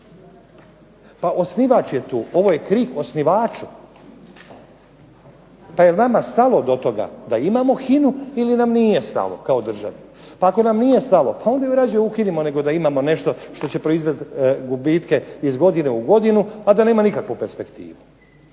Pa osnivač je tu. Ovo je krik osnivaču. Pa jel vama stalo do toga da imamo HINA-u ili vam nije stalo kao državi? Pa ako nam nije stalo, onda radije ukinimo nešto što će proizvoditi gubitke iz godine u godinu pa da nema nikakvu perspektivu.